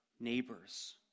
Neighbors